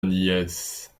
nièce